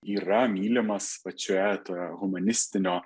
yra mylimas pačioje to humanistinio